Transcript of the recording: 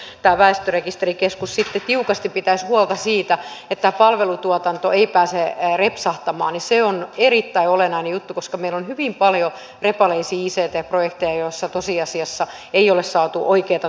jos väestörekisterikeskus sitten tiukasti pitäisi huolta siitä että palvelutuotanto ei pääse repsahtamaan niin se on erittäin olennainen juttu koska meillä on hyvin paljon repaleisia ict projekteja joissa tosiasiassa ei ole saatu oikeata tulosta aikaan